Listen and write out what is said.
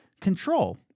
Control